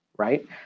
right